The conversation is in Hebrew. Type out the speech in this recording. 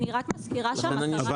אני רק מזכירה שהמטרה של החוק --- אבל,